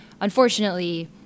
Unfortunately